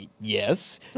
Yes